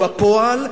בפועל,